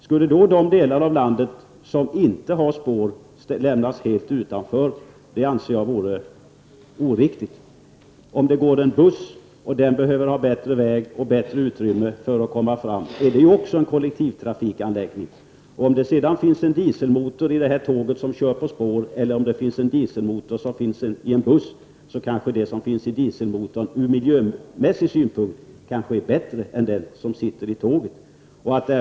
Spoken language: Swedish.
Skulle då de delar av landet som inte har spår lämnas helt utanför? Det anser jag skulle vara oriktigt. Om det går en buss kanske den behöver bättre väg och bättre utrymme för att komma fram. Då är det också en kollektivtrafikanläggning. Det kanske finns en dieselmotor i tåget på spår och en annan i bussen, men kanske dieselmotorn i bussen ur miljösynpunkt är bättre än den som sitter i tåget.